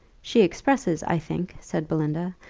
she expresses, i think, said belinda,